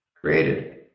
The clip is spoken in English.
created